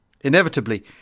Inevitably